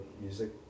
music